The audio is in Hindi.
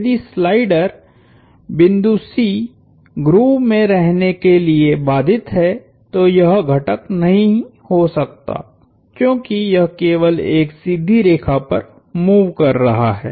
यदि स्लाइडर बिंदु C ग्रूव में रहने के लिए बाधित है तो यह घटक नहीं हो सकता क्योंकि यह केवल एक सीधी रेखा पर मूव कर रहा है